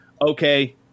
okay